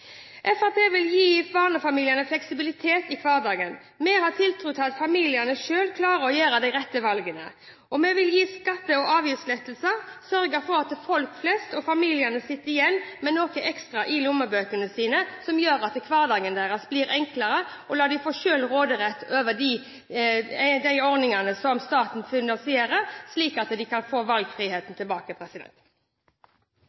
vil gi barnefamiliene fleksibilitet i hverdagen. Vi har tiltro til at familiene selv klarer å gjøre de rette valgene. Vi vil gi skatte- og avgiftslettelser, sørge for at folk flest og familiene sitter igjen med noe ekstra i lommebøkene, som gjør at hverdagen deres blir enklere. Vi vil la dem selv få råderett over de ordningene som staten finansierer, slik at de kan få valgfriheten